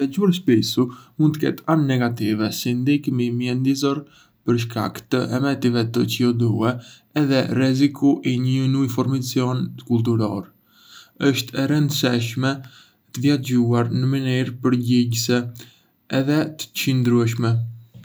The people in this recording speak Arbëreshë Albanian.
Të vjaxhuar shpisu mund të ketë anë negative, si ndikimi mjedisor për shkak të emetimeve të C O due edhe rreziku i një uniformizimi kulturor. Është e rëndësishme të vjaxhuar në mënyrë përgjegjëse edhe të çëndrueshme.